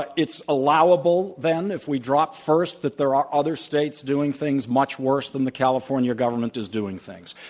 but it's allowable then if we drop first that there are other states doing things much worse than the california government is doing things.